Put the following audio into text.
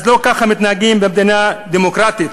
אז לא ככה מתנהגים במדינה דמוקרטית.